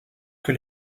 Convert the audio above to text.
que